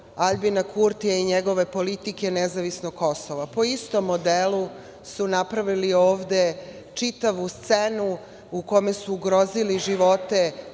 Aljbina Kurtija i njegove politike nezavisnog Kosova. Po istom modelu su napravili ovde čitavu scenu u kojoj su ugrozili živote